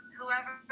whoever